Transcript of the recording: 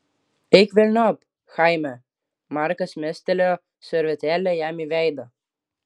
eik velniop chaime markas mestelėjo servetėlę jam į veidą